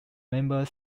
member